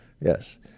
Yes